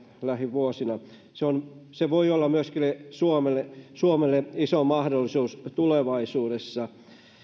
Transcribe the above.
vuosina se voi olla suomelle suomelle iso mahdollisuus tulevaisuudessa